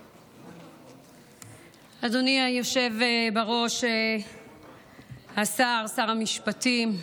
אדוני היושב בראש, השר, שר המשפטים,